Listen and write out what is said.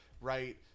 right